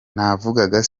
navugaga